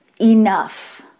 enough